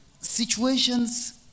situations